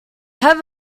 have